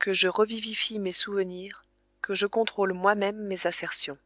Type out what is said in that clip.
que je revivifie mes souvenirs que je contrôle moi-même mes assertions